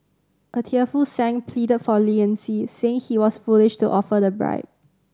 a tearful Sang pleaded for leniency saying he was foolish to offer the bribe